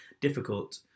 difficult